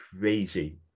crazy